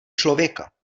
člověka